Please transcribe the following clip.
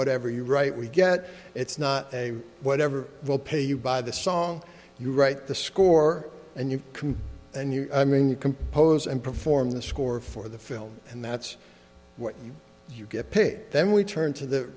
whatever you write we get it's not a whatever we'll pay you buy the song you write the score and you can and i mean you compose and perform the score for the film and that's what you get pig then we turn to the